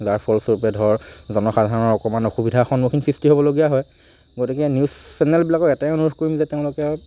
যাৰ ফলস্বৰূপে ধৰ জনসাধাৰণৰ অকণমান অসুবিধাৰ সৃষ্টি হ'বলগীয় হয় গতিকে নিউজ চেলেনবিলাকক এটাই অনুৰোধ কৰিম যে তেওঁলোকে